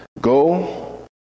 Go